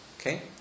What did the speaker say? okay